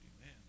Amen